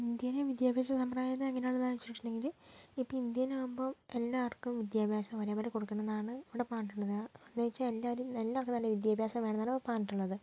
Indian വിദ്യാഭ്യാസ സമ്പ്രദായം എങ്ങനെയുള്ളതാണ് എന്ന് വെച്ചിട്ടുണ്ടെങ്കിൽ ഇപ്പം ഇന്ത്യൻ ആകുമ്പോൾ എല്ലാവർക്കും വിദ്യാഭ്യാസം ഒരേപോലെ കൊടുക്കണം എന്നാണ് ഇവിടെ പറഞ്ഞിട്ടുള്ളത് എന്ന് വെച്ചാൽ എല്ലാവരും എല്ലാവർക്കും നല്ല വിദ്യാഭ്യാസം വേണം എന്നാണ് പറഞ്ഞിട്ടുള്ളത്